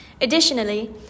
Additionally